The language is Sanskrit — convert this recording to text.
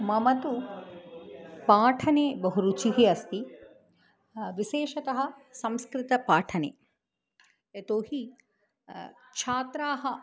मम तु पाठने बहु रुचिः अस्ति विशेषतः संस्कृतपाठने यतो हि छात्राः